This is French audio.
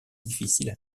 difficiles